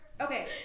Okay